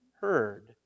heard